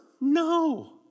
No